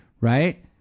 right